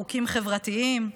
חוקים חברתיים,